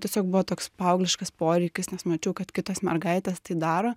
tiesiog buvo toks paaugliškas poreikis nes mačiau kad kitos mergaitės tai daro